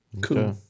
cool